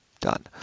done